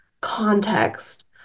context